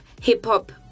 hip-hop